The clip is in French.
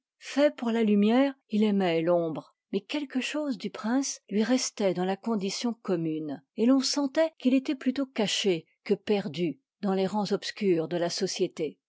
fait pour la lumière il aimoit l'ombre mais quelque chose du prince lui restôit dans la condition commune et l'on sentoit qu'il étoit plutôt caché que perdu dans les rangs obscurs de ia société